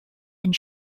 and